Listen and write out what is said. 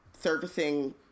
servicing